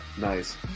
nice